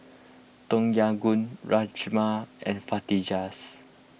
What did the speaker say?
Tom Yam Goong Rajma and Fajitas